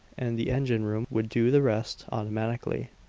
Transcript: and the engine-room would do the rest automatically.